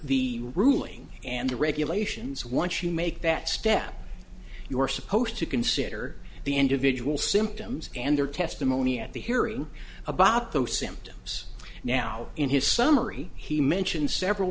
the ruling and the regulations once you make that step you are supposed to consider the individual symptoms and their testimony at the hearing about those symptoms now in his summary he mentions several